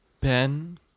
Ben